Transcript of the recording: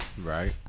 Right